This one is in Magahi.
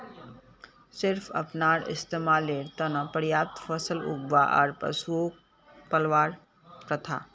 सिर्फ अपनार इस्तमालेर त न पर्याप्त फसल उगव्वा आर पशुक पलवार प्रथा